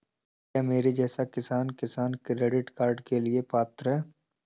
क्या मेरे जैसा किसान किसान क्रेडिट कार्ड के लिए पात्र है?